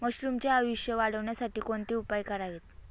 मशरुमचे आयुष्य वाढवण्यासाठी कोणते उपाय करावेत?